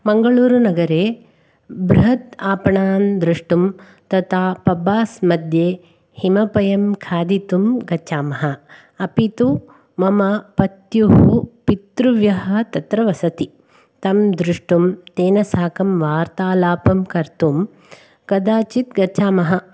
मङ्गलूरुनगरे बृहत् आपणान् द्रष्टुं तथा पब्बास् मध्ये हिमपयं खादितुं गच्छामः अपि तु मम पत्युः पितृव्यः तत्र वसति तं द्रष्टुं तेन साकं वार्तालापं कर्तुं कदाचित् गच्छामः